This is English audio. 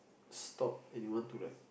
stop anyone to like